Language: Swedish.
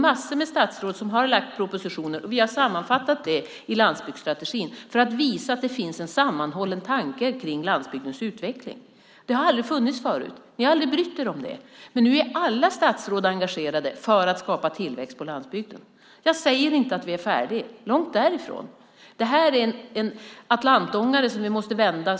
Massor av statsråd har lagt fram propositioner och vi har sammanfattat det i landsbygdsstrategin för att visa att det finns en sammanhållen tanke för landsbygdens utveckling. Det har aldrig funnits förut. Ni har aldrig brytt er om det. Nu är alla statsråd engagerade för att skapa tillväxt på landsbygden. Jag säger inte att vi är färdiga, långt därifrån. Det här är en atlantångare som vi måste vända.